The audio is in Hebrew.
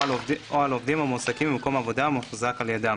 או על עובדים המועסקים במקום עבודה המוחזק על ידם: